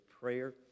prayer